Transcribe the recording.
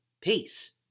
Peace